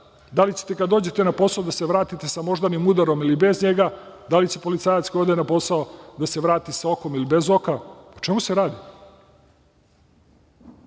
da li ćete kada dođete na posao da se vratite sa moždanim udarom ili bez njega, da li će policajac kada ode na posao da se vrati sa okom ili bez oka? O čemu se radi?